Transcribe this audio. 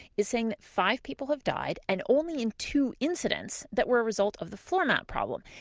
is saying that five people have died and only in two incidents that were a result of the floormat problem,